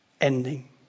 ending